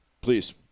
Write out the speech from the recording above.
please